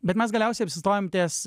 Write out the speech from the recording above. bet mes galiausiai apsistojom ties